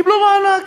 קיבלו מענק,